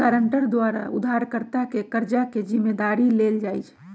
guarantor द्वारा उधारकर्ता के कर्जा के जिम्मदारी लेल जाइ छइ